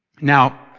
Now